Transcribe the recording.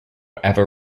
ever